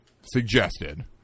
suggested